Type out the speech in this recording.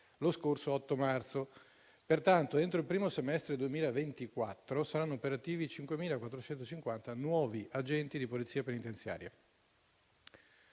lo scorso 8 marzo. Pertanto, entro il primo semestre 2024 saranno operativi 5.450 nuovi agenti di Polizia penitenziaria.